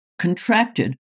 contracted